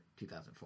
2004